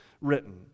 written